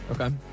Okay